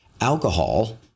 alcohol